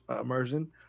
immersion